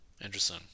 Anderson